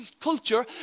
culture